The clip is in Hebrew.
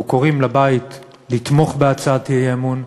אנחנו קוראים לבית לתמוך בהצעת האי-אמון,